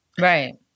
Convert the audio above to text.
Right